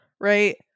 right